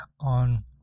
on